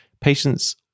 Patients